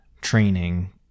training